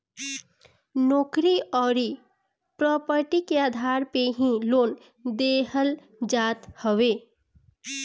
नोकरी अउरी प्रापर्टी के आधार पे ही लोन देहल जात हवे